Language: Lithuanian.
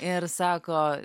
ir sako